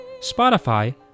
Spotify